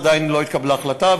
עדיין לא התקבלה החלטה,